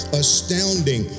astounding